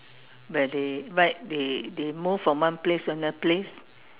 where they but they they move from one place to another place